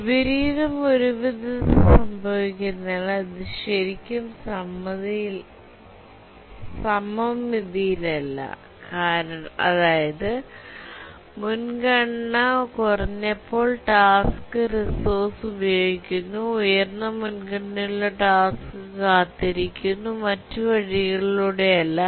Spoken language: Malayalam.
വിപരീതം ഒരു വിധത്തിൽ സംഭവിക്കുന്നതിനാൽ ഇത് ശരിക്കും സമമിതിയിലല്ല അതായത് മുൻഗണന കുറഞ്ഞപ്പോൾ ടാസ്ക് റിസോഴ്സ് ഉപയോഗിക്കുന്നു ഉയർന്ന മുൻഗണനയുള്ള ടാസ്ക് കാത്തിരിക്കുന്നു മറ്റ് വഴികളിലൂടെയല്ല